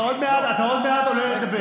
אתה עוד מעט עולה לדבר.